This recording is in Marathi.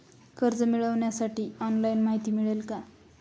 कर्ज मिळविण्यासाठी ऑनलाइन माहिती मिळेल का?